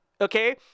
okay